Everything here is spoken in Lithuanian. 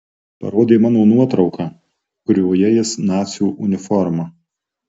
parodė mano nuotrauką kurioje jis nacių uniforma